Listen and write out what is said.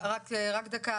רק דקה.